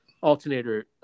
alternator